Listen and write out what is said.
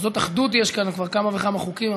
כזאת אחדות יש כאן, וכבר כמה וכמה חוקים.